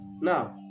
Now